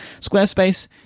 Squarespace